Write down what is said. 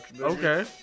Okay